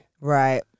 right